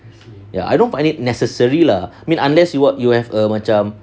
ya I don't find it necessary lah I mean unless you what you will have a macam